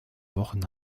wochen